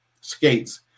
skates